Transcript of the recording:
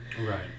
Right